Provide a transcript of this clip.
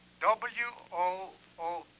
W-O-O